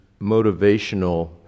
motivational